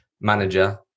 manager